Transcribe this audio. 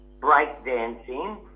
breakdancing